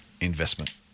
investment